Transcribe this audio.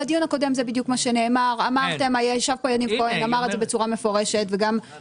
מה שנאמר בדיון הקודם ומה שאנחנו מבינים שהוראת הביצוע עכשיו מכסה